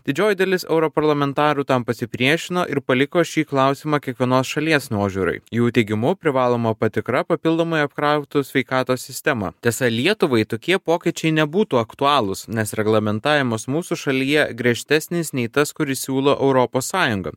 didžioji dalis europarlamentarų tam pasipriešino ir paliko šį klausimą kiekvienos šalies nuožiūrai jų teigimu privaloma patikra papildomai apkrautų sveikatos sistemą tiesa lietuvai tokie pokyčiai nebūtų aktualūs nes reglamentavimas mūsų šalyje griežtesnis nei tas kurį siūlo europos sąjunga